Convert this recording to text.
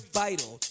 vital